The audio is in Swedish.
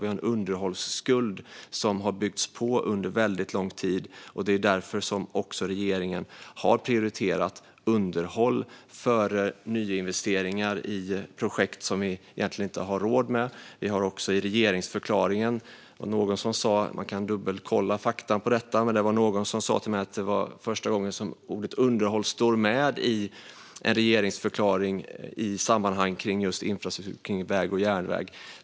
Vi har en underhållsskuld som har byggts på under väldigt lång tid, och det är därför som regeringen har prioriterat underhåll före nyinvesteringar i projekt som vi egentligen inte har råd med. Fakta kan man dubbelkolla, men det var någon som sa till mig att det var första gången som ordet "underhåll" stod med i en regeringsförklaring i samband med infrastruktur, väg och järnväg.